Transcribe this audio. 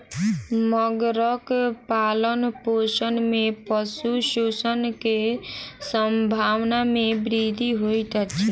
मगरक पालनपोषण में पशु शोषण के संभावना में वृद्धि होइत अछि